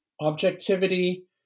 objectivity